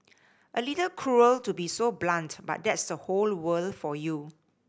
a little cruel to be so blunt but that's the whole world for you